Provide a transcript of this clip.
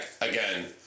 again